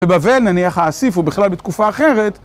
בבבל נניח האסיף הוא בכלל בתקופה אחרת.